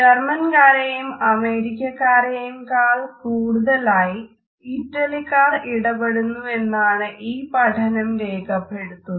ജർമ്മൻകാരെയും അമേരിക്കക്കാരെയും കാൾ കൂടുതലായി ഇറ്റലിക്കാർ ഇടപെടുന്നുവെന്ന് ഈ പഠനം രേഖപ്പെടുത്തുന്നു